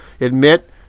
admit